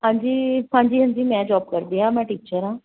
ਹਾਂਜੀ ਹਾਂਜੀ ਹਾਂਜੀ ਮੈਂ ਜੋਬ ਕਰਦੀ ਹਾਂ ਮੈਂ ਟੀਚਰ ਹਾਂ